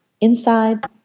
inside